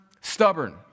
stubborn